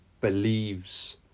believes